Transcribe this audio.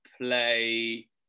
play